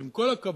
אז עם כל הכבוד